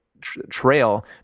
trail